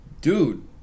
dude